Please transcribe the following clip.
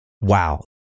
Wow